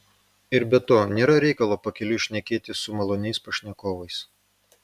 ir be to nėra reikalo pakeliui šnekėtis su maloniais pašnekovais